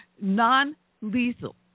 non-lethal